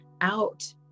out